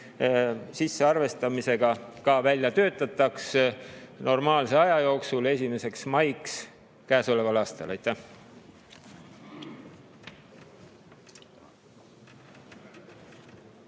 sissearvestamisega ka välja töötataks normaalse aja jooksul, 1. maiks käesoleval aastal. Aitäh!